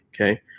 okay